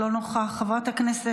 לא נוכח.